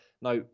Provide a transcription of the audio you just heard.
Now